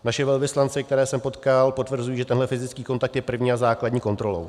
Naši velvyslanci, které jsem potkal, potvrzují, že tento fyzický kontakt je první a základní kontrolou.